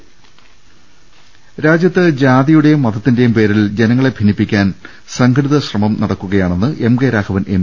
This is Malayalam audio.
ലലലലലലലലലലലല രാജ്യത്ത് ജാതിയുടെയും മതത്തിന്റെയും പേരിൽ ജന ങ്ങളെ ഭിന്നിപ്പിക്കാൻ സംഘടിത ശ്രമം നടക്കുകയാ ണെന്ന് എം കെ രാഘവൻ എം